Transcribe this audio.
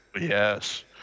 Yes